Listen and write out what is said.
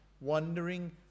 wondering